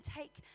take